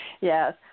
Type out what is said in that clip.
Yes